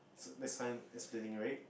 this time is cleaning right